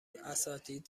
اساتید